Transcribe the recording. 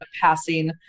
passing